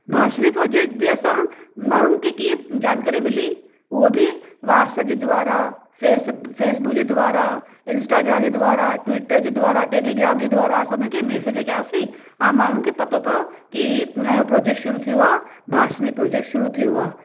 Bhashini project बि असां माण्हूं के किये जानकारी मिली उहो बि वॉट्सअप जे द्वारा फेसबुक जे द्वारा इंस्टाग्राम जे द्वारा ट्वीटर जे द्वारा टैलीग्राम जे द्वारा सभिनि खे मैसेज कियासीं आहे माण्हू खे पतो पयो की हीअ नयो प्रोजैक्ट शुरू थियो आहे भाषणी प्रोजैक्ट शुरू थियो आहे